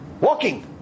walking